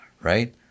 right